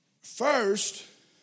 First